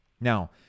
Now